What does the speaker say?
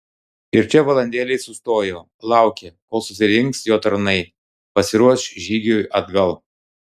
ir čia valandėlei sustojo laukė kol susirinks jo tarnai pasiruoš žygiui atgal